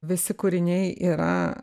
visi kūriniai yra